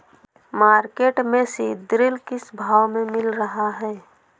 Market में सीद्रिल किस भाव में मिल रहा है?